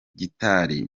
gitari